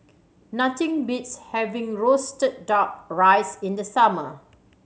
nothing beats having roasted Duck Rice in the summer